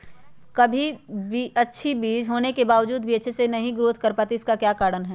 कभी बीज अच्छी होने के बावजूद भी अच्छे से नहीं ग्रोथ कर पाती इसका क्या कारण है?